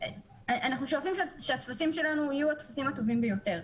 אנחנו שואפים שהטפסים שלנו יהיו הטפסים הטובים ביותר.